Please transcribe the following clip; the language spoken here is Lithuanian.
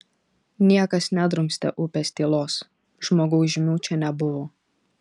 niekas nedrumstė upės tylos žmogaus žymių čia nebuvo